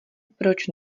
proč